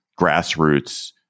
grassroots